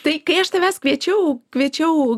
tai kai aš tavęs kviečiu kviečiau